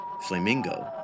Flamingo